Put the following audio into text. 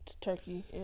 turkey